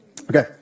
Okay